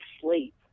sleep